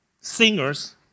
singers